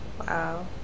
Wow